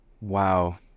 Wow